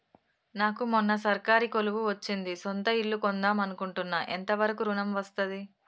నాకు మొన్న సర్కారీ కొలువు వచ్చింది సొంత ఇల్లు కొన్దాం అనుకుంటున్నా ఎంత వరకు ఋణం వస్తది?